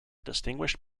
distinguished